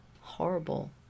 horrible